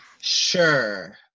Sure